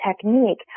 technique